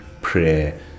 prayer